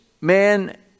man